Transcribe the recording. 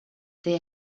their